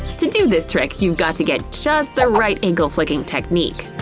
to do this trick, you've got to get just the right ankle-flicking technique.